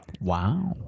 Wow